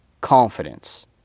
confidence